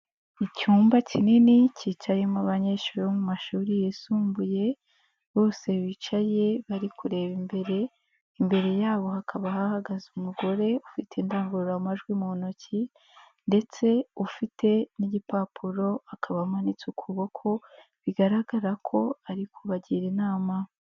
Icyumba kinini kicayemo abanyeshuri bo mu mashuri yisumbuye bose bicaye bari kureba imbere, imbere yabo hakaba hahagaze umugore ufite indangururamajwi mu ntoki ndetse ufite n'igipapuro akaba amanitse ukuboko bigaragara ko ari kubagira inama.